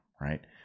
right